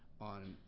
on